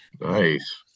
Nice